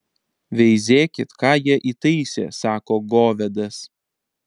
veizėkit ką jie įtaisė sako govedas